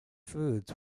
foods